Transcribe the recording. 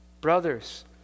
Brothers